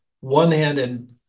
one-handed